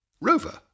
Rover